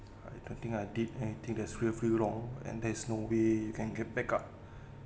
I don't think I did anything there's wilfully wrong and there's no way you can get back up